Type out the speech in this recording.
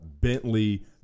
Bentley